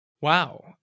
Wow